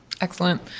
excellent